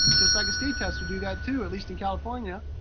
just like a state test would do that too, at least in california.